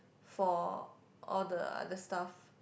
for all the other stuff